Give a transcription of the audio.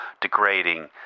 degrading